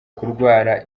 kurwara